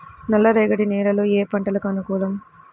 నల్ల రేగడి నేలలు ఏ పంటకు అనుకూలం?